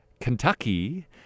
Kentucky